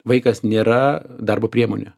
vaikas nėra darbo priemonė